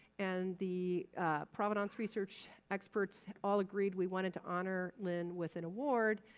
and the provenance research experts all agreed we wanted to honor lynn with an award.